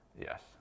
Yes